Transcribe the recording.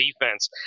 defense